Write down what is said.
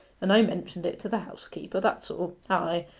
and i mentioned it to the housekeeper, that's all. ay,